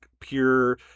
pure